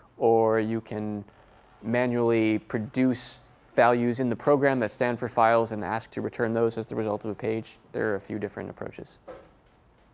or you can manually produce values in the program that stand for files and ask to return those as the result of the page. there are a few different approaches.